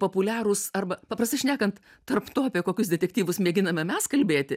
populiarūs arba paprastai šnekant tarp to apie kokius detektyvus mėginame mes kalbėti